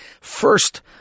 first